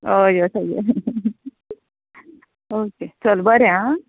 हय अ सगळ् ओके चल बरें आं